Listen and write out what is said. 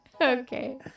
okay